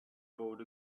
boat